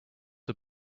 are